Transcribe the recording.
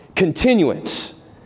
continuance